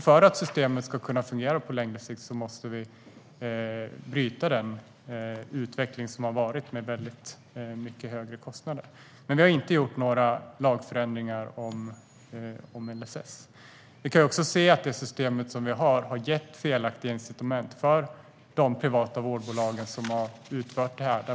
För att systemet ska fungera på längre sikt måste vi bryta den utveckling med väldigt mycket högre kostnader som vi har haft. Men vi har inte gjort några lagändringar i LSS. Vi kan också se att det nuvarande systemet har gett felaktiga incitament för de privata vårdbolag som har utfört det här.